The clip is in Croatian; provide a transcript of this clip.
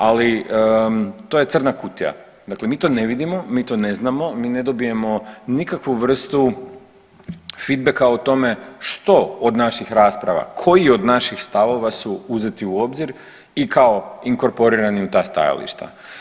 Ali to je crna kutija, dakle mi to ne vidimo, mi to ne znamo, mi ne dobijemo nikakvu vrstu fitbeka o tome što od naših rasprava, koji od naših stavova su uzeti u obzir i kao inkorporirani u ta stajališta.